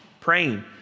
praying